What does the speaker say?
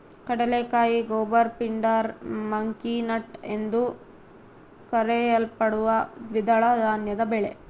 ಕಡಲೆಕಾಯಿ goober pindar monkey nut ಎಂದೂ ಕರೆಯಲ್ಪಡುವ ದ್ವಿದಳ ಧಾನ್ಯದ ಬೆಳೆ